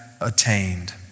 attained